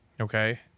okay